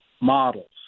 models